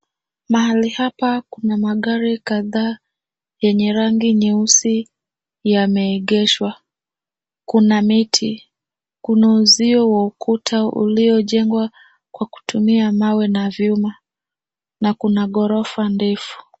Mahali hapa kuna magari kadhaa yenye rangi nyeusi yameegeshwa. Kuna miti. Kuna uzio wa ukuta uliojengwa kwa kutumia mawe na vyuma, na kuna ghorofa ndefu.